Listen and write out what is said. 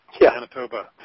Manitoba